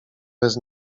bez